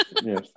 yes